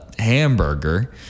hamburger